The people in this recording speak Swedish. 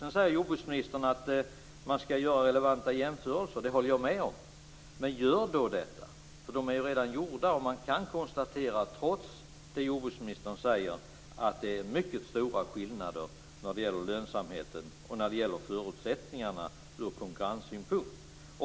Sedan säger jordbruksministern att man skall göra relevanta jämförelser. Det håller jag med om. Men gör då detta, eftersom de redan är gjorda och man kan konstatera att trots det som jordbruksministern säger är det mycket stora skillnader när det gäller lönsamheten och när det gäller förutsättningarna ur konkurrenssynpunkt.